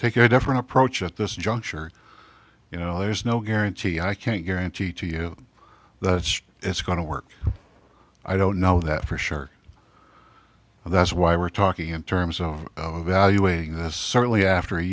take a different approach at this juncture you know there's no guarantee i can't guarantee to you that it's going to work i don't know that for sure and that's why we're talking in terms of evaluating this certainly after a